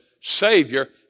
Savior